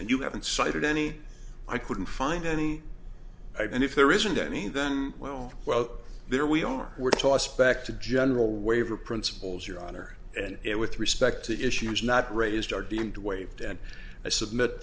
and you haven't cited any i couldn't find any i've and if there isn't any then well well there we are we're tossed back to general waiver principles your honor and it with respect to issues not raised are deemed waived and i submit